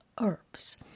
herbs